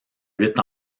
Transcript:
huit